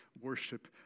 worship